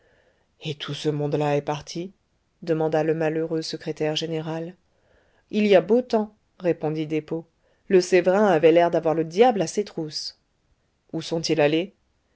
et tout ce monde-là est parti demanda le malheureux secrétaire général il y a beau temps répondit despaux le sévérin avait l'air d'avoir le diable à ses trousses où sont-ils allés